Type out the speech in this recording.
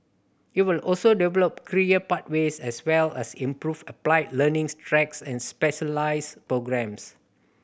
it will also develop career pathways as well as improve applied learning tracks and specialist programmes